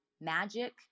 magic